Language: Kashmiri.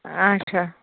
آچھا